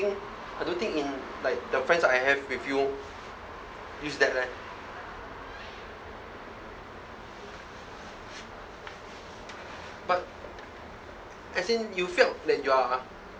I don't think in like the friends I have with you use that leh but as in you felt that you are